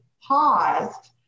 paused